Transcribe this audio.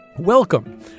welcome